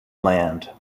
land